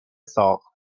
ساخت